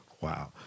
Wow